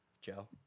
Joe